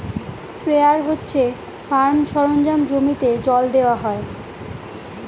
sprayer হচ্ছে farm সরঞ্জাম জমিতে জল দেওয়া হয়